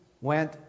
went